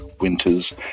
winters